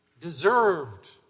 deserved